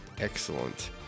excellent